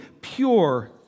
pure